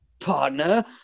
partner